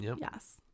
Yes